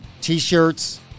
t-shirts